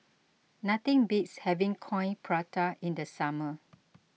nothing beats having Coin Prata in the summer